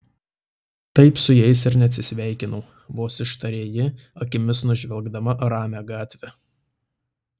taip su jais ir neatsisveikinau vos ištarė ji akimis nužvelgdama ramią gatvę